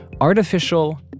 Artificial